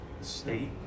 state